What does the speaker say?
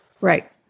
Right